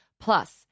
Plus